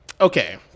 Okay